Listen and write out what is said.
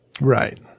Right